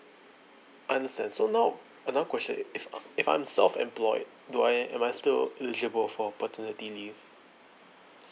I understand so now another question if if I'm self employed do I am I still eligible for paternity leave